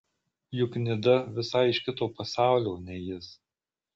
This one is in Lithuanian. juk nida visai iš kito pasaulio nei jis